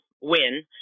win